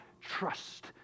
trust